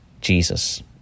Jesus